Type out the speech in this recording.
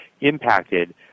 impacted